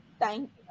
thank